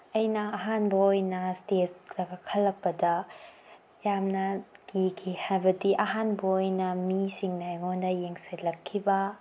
ꯑꯩꯅ ꯑꯍꯥꯟꯕ ꯑꯣꯏꯅ ꯏꯁꯇꯦꯖꯇ ꯀꯥꯈꯠꯂꯛꯄꯗ ꯌꯥꯝꯅ ꯀꯤꯈꯤ ꯍꯥꯏꯕꯗꯤ ꯑꯍꯥꯟꯕ ꯑꯣꯏꯅ ꯃꯤꯁꯤꯡꯅ ꯑꯩꯉꯣꯟꯗ ꯌꯦꯡꯁꯤꯜꯂꯛꯈꯤꯕ